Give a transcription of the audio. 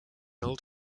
old